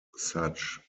such